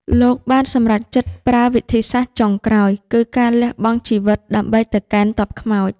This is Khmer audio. លោកបានសម្រេចចិត្តប្រើវិធីសាស្រ្តចុងក្រោយ គឺការលះបង់ជីវិតដើម្បីទៅកេណ្ឌទ័ពខ្មោច។